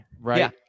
right